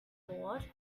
bored